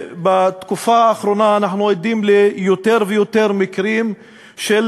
בתקופה האחרונה אנחנו עדים ליותר ויותר מקרים של